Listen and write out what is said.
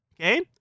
okay